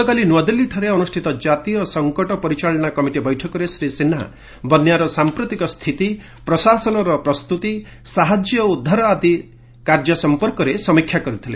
ଗତକାଲି ନୂଆଦିଲ୍ଲୀରେ ଅନୁଷ୍ଠିତ ଜାତୀୟ ସଙ୍କଟ ପରିଚାଳନା କମିଟି ବୈଠକରେ ଶ୍ରୀ ସିହ୍ନା ବନ୍ୟାର ସାମ୍ପ୍ରତିକ ସ୍ଥିତି ପ୍ରଶାସନର ପ୍ରସ୍ତୁତି ସାହାଯ୍ୟ ଓ ଉଦ୍ଧାର କାର୍ଯ୍ୟ ଆଦି ସମ୍ପର୍କରେ ସମୀକ୍ଷା କରିଥିଲେ